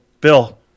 Bill